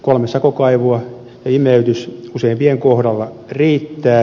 kolme sakokaivoa ja imeytys useimpien kohdalla riittää